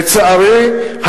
לצערי,